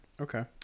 okay